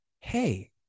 hey